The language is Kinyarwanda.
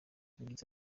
yagize